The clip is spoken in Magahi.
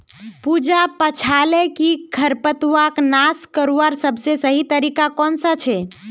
पूजा पूछाले कि खरपतवारक नाश करवार सबसे सही तरीका कौन सा छे